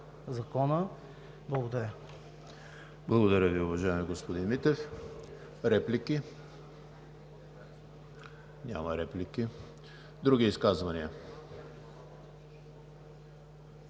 Благодаря Ви, уважаеми господин Митев. Реплики? Няма. Други изказвания?